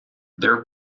their